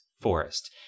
Forest